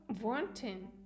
wanting